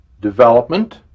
development